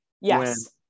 Yes